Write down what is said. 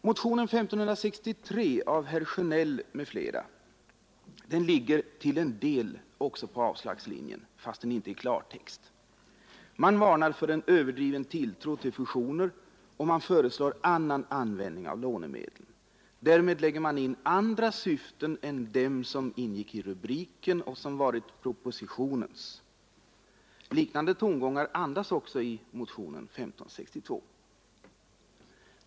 Motionen 1563 av herr Sjönell m.fl. ligger till en del också på avslagslinjen, fastän inte i klartext. Man varnar för en överdriven tilltro till fusioner, och man föreslår annan användning av lånemedlen. Därmed lägger man in andra syften än dem som ingick i rubriken som är propositionens. Liknande tongångar förmärks i motionen 1562.